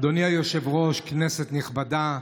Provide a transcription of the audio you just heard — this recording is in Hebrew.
אדוני היושב-ראש, כנסת נכבדה,